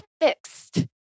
fixed